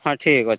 ହଁ ଠିକ୍ ଅ